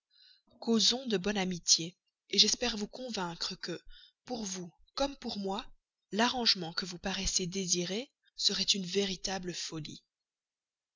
causons de bonne amitié j'espère vous convaincre que pour vous comme pour moi l'arrangement que vous paraissez désirer serait une véritable folie